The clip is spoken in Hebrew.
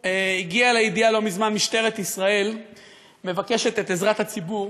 הגיעה אלי ידיעה לא מזמן: משטרת ישראל מחפשת את עזרת הציבור